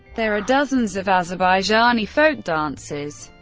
there are dozens of azerbaijani folk dances.